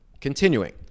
Continuing